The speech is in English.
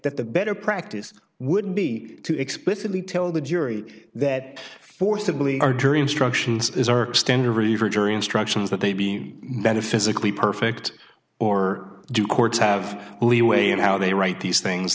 that the better practice would be to explicitly tell the jury that forcibly our jury instructions is our standard review jury instructions that they'd be better physically perfect or do courts have leeway in how they write these things